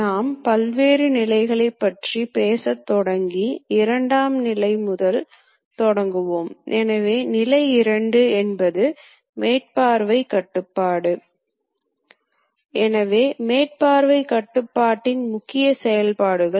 நீங்கள் ஒரு கருவியை மாற்ற விரும்பினால் இயந்திரம் செயல்பாட்டை நிறுத்தி கருவியை வெளியே எடுத்து கருவி பெட்டியில் வைக்கிறது